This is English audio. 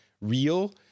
real